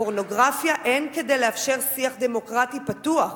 בפורנוגרפיה אין כדי לאפשר שיח דמוקרטי פתוח,